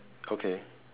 okay